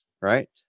right